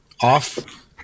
off